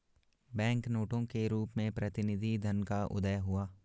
bank नोटों के रूप में प्रतिनिधि धन का उदय हुआ